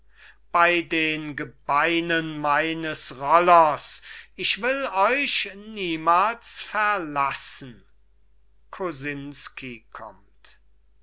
bey den gebeinen meines rollers ich will euch niemals verlassen kosinsky